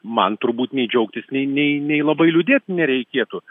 man turbūt nei džiaugtis nei nei nei labai liūdėt nereikėtų